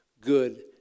good